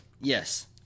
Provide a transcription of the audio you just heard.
Yes